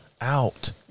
out